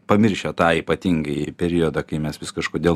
pamiršę tą ypatingąjį periodą kai mes vis kažkodėl